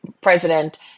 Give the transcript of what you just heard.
president